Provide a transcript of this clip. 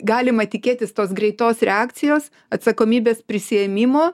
galima tikėtis tos greitos reakcijos atsakomybės prisiėmimo